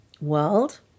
world